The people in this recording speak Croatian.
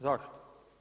Zašto?